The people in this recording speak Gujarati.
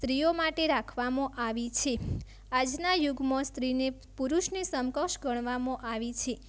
સ્ત્રીઓ માટે રાખવામાં આવી છે આજના યુગમાં સ્ત્રીને પુરુષની સમકક્ષ ગણવામાં આવી છે